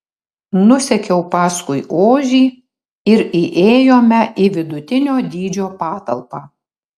nusekiau paskui ožį ir įėjome į vidutinio dydžio patalpą